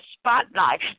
spotlight